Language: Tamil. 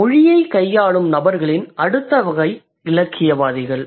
மொழியைக் கையாளும் நபர்களின் அடுத்த வகை இலக்கியவாதிகள்